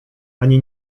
ani